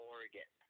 Oregon